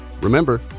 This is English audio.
Remember